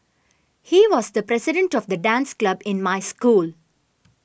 he was the president of the dance club in my school